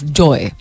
joy